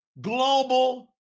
global